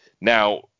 now